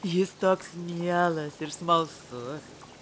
jis toks mielas ir smalsus